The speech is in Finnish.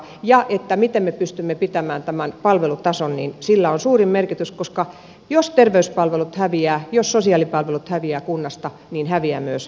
ja sillä miten me pystymme pitämään tämän palvelutason on suuri merkitys koska jos terveyspalvelut ja sosiaalipalvelut häviävät kunnasta niin häviävät myös asukkaat